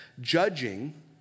Judging